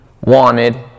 wanted